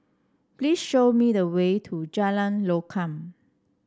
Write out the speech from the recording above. please show me the way to Jalan Lokam